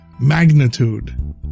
magnitude